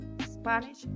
Spanish